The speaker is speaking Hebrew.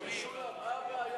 אבל החוק קיים.